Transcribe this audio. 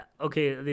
Okay